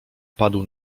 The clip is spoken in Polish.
padł